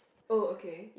oh okay